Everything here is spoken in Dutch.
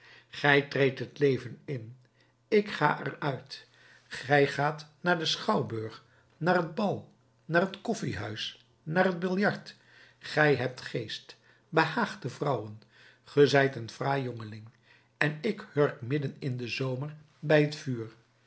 treedt het leven in ik ga er uit gij gaat naar den schouwburg naar het bal naar het koffiehuis naar t biljart gij hebt geest behaagt de vrouwen ge zijt een fraai jongeling en ik hurk midden in den zomer bij het vuur